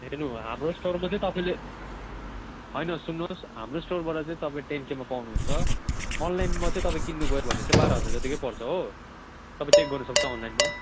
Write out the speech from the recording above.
हेर्नु हाम्रो स्टोरमा चाहिँ तपाईँले होइन सुन्नुहोस् हाम्रो स्टोरबाट चाहिँ तपाईँले टेन केमा पाउनुहुन्छ अनलाइनमा चाहिँ तपाईँ किन्नु गयो भने चाहिँ बाह्र हजार जतिकै पर्छ हो तपाईँ चेक गर्नु सक्छ अनलाइनमा